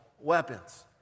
weapons